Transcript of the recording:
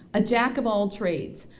a jack-of-all-trades.